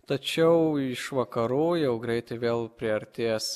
tačiau iš vakarų jau greitai vėl priartės